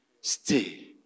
stay